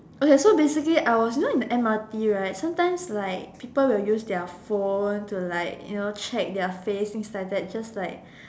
okay so basically I was you know in the M_R_T right sometimes like people will use their phone to like you know check their face and things like that just like